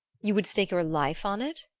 you would stake your life on it?